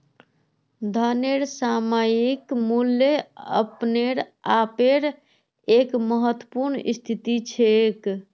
धनेर सामयिक मूल्य अपने आपेर एक महत्वपूर्ण स्थिति छेक